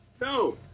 No